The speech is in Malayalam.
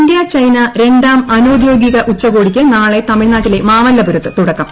ഇന്ത്യ ചൈന രണ്ടാം അനൌദ്യോഗിക ഉച്ചകോടിക്ക് തമിഴ് നാട്ടിലെ മാമല്ലപുരത്ത് തുടക്കം